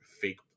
fake